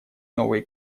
новые